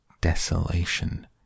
Desolation